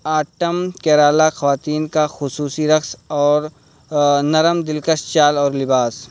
autumn Kerala خواتین کا خصوصی رقص اور نرم دلکش چال اور لباس